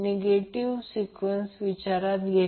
मग मला हे ZT 8 अँगल 73